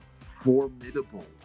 formidable